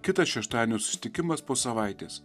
kitas šeštadienio susitikimas po savaitės